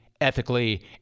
ethically